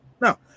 No